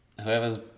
Whoever's